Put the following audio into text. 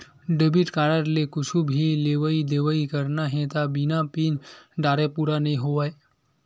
debit card ले कुछु भी लेवइ देवइ करना हे त बिना पिन डारे पूरा नइ होवय